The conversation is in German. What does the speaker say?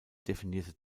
definierte